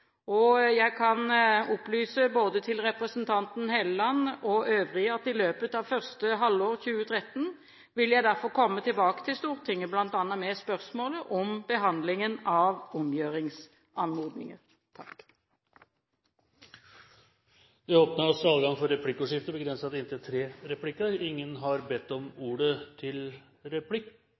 utredning. Jeg kan opplyse både til representanten Helleland og øvrige at i løpet av første halvår 2013 vil jeg derfor komme tilbake til Stortinget bl.a. med spørsmålet om behandlingen av omgjøringsanmodninger. De talere som heretter får ordet, har en taletid på inntil 3 minutter. Dette er et veldig kort innlegg, og det dreier seg om